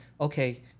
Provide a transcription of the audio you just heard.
okay